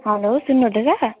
hello सुन्नुहँदैछ